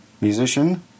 musician